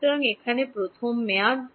সুতরাং এখানে প্রথম মেয়াদ